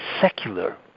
secular